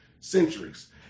centuries